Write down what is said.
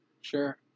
Sure